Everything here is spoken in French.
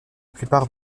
plupart